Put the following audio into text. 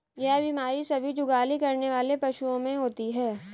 यह बीमारी सभी जुगाली करने वाले पशुओं में होती है